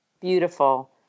beautiful